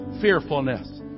fearfulness